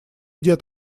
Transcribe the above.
дед